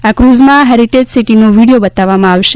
આ કુઝમાં હેરિટેજ સિટીનો વીડિયો બતાવવામાં આવશે